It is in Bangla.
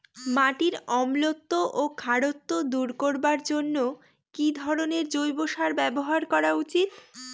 মাটির অম্লত্ব ও খারত্ব দূর করবার জন্য কি ধরণের জৈব সার ব্যাবহার করা উচিৎ?